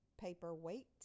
Paperweight